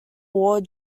war